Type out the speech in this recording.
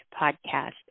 podcast